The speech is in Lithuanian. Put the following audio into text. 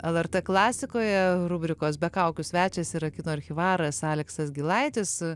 lrt klasikoje rubrikos be kaukių svečias yra kino archyvaras aleksas gilaitis